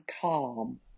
calm